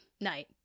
night